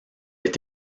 est